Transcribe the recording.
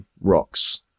rocks